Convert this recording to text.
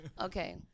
Okay